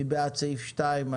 מי בעד סעיף 2?